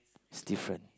is different